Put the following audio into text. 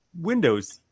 Windows